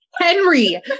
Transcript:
Henry